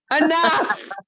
enough